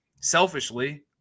selfishly